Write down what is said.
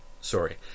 Sorry